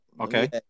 okay